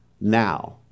now